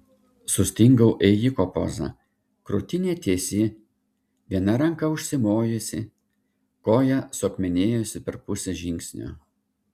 sustingau ėjiko poza krūtinė tiesi viena ranka užsimojusi koja suakmenėjusi per pusę žingsnio